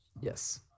Yes